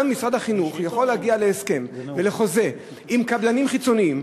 גם משרד החינוך יכול להגיע להסכם ולחוזה עם קבלנים חיצוניים,